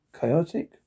chaotic